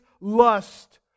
lust